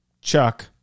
Chuck